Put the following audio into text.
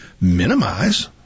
minimize